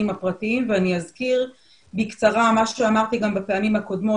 הפרטיים ואני אזכיר בקצרה משהו שאמרתי גם בפעמים הקודמות,